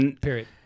Period